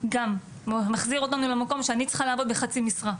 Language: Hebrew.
גם מחזיר אותנו למקום שאני צריכה לעבוד בחצי משרה.